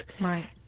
Right